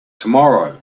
tomorrow